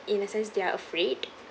in a sense they are afraid